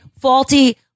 faulty